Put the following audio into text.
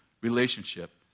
relationship